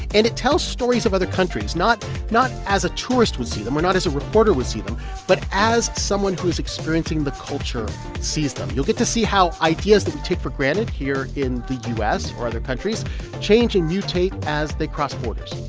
and it tells stories of other countries not not as a tourist would see them or not as a reporter would see them but as someone who is experiencing the culture sees them. you'll get to see how ideas that we take for granted here in the u s. or other countries change and mutate as they cross borders.